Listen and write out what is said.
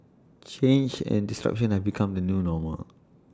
change and disruption have become the new normal